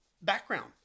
background